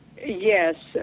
Yes